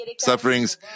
sufferings